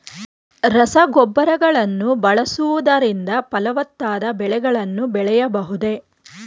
ರಸಗೊಬ್ಬರಗಳನ್ನು ಬಳಸುವುದರಿಂದ ಫಲವತ್ತಾದ ಬೆಳೆಗಳನ್ನು ಬೆಳೆಯಬಹುದೇ?